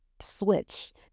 switch